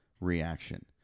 reaction